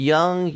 Young